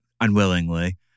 unwillingly